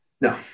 No